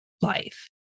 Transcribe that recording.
life